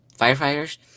Firefighters